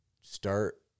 start